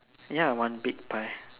ya one big pie